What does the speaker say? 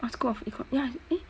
oh school of econs ya eh